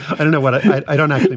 i don't know what i don't know